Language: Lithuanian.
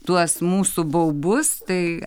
tuos mūsų baubus tai